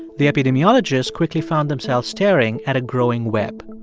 the epidemiologists quickly found themselves staring at a growing web.